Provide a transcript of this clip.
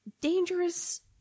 Dangerous